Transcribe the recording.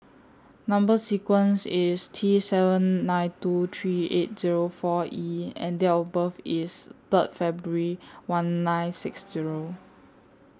Number sequence IS T seven nine two three eight Zero four E and Date of birth IS Third February one nine six Zero